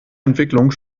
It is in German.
entwicklungen